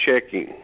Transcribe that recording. checking